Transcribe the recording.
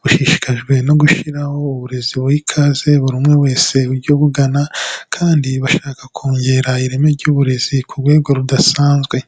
bushishikajwe no gushyiraho uburezi buha ikaze buri umwe wese ujya abugana kandi bashaka kongera ireme ry'uburezi ku rwego rudasanzwe.